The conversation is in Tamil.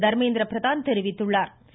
தர்மேந்திரபிரதான் தெரிவித்துள்ளா்